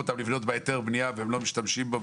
אותם לבנות בהיתר בנייה והם לא משתמשים בו?